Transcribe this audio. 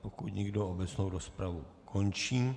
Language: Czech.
Pokud nikdo, obecnou rozpravu končím.